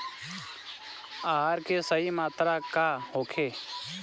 आहार के सही मात्रा का होखे?